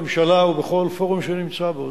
בממשלה ובכל פורום שאני נמצא בו,